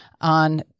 on